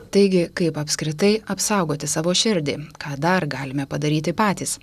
taigi kaip apskritai apsaugoti savo širdį ką dar galime padaryti patys